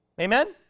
Amen